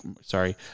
sorry